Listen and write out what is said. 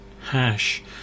hash